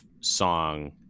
song